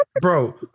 Bro